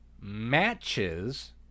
matches